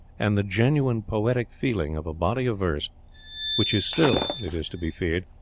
and the genuine poetic feeling of a body of verse which is still, it is to be feared,